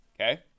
okay